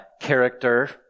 character